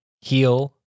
heal